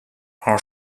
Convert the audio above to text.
our